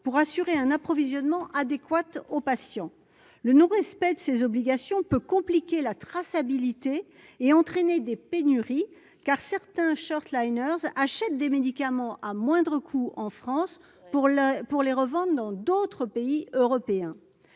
pour assurer un approvisionnement adéquate aux patients le non-respect de ses obligations peu compliqué, la traçabilité et entraîné des pénuries, car certains short-liners achète des médicaments à moindre coût en France pour le pour les revendent dans d'autres pays européens